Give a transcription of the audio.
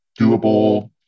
doable